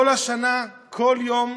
כל השנה, בכל יום,